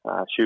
shoot